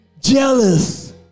jealous